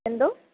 എന്തോ